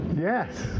Yes